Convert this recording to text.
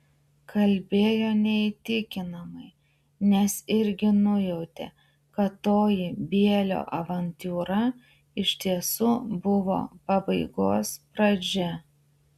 kalbėjo neįtikinamai nes irgi nujautė kad toji bielio avantiūra iš tiesų buvo pabaigos pradžia